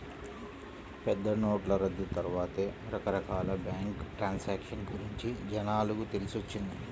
పెద్దనోట్ల రద్దు తర్వాతే రకరకాల బ్యేంకు ట్రాన్సాక్షన్ గురించి జనాలకు తెలిసొచ్చింది